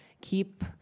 keep